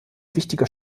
wichtiger